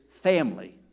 family